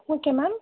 okay ma'am